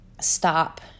stop